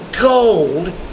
gold